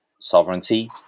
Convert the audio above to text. sovereignty